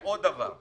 עוד דבר,